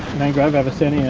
mangrove avicennia